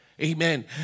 Amen